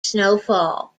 snowfall